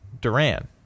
Duran